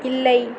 இல்லை